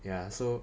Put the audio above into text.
ya so